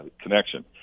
connection